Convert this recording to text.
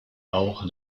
auch